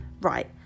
Right